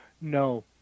No